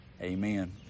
amen